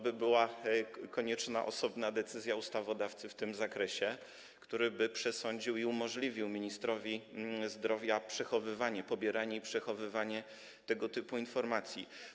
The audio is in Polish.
Byłaby konieczna osobna decyzja ustawodawcy w tym zakresie, który by to przesądził i umożliwił ministrowi zdrowia pobieranie i przechowywanie tego typu informacji.